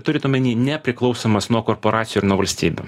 turit omenyje nepriklausomas nuo korporacijų ir nuo valstybių